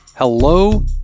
Hello